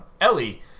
Ellie